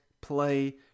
play